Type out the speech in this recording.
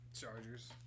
Chargers